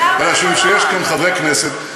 אלא משום שיש כאן חברי כנסת.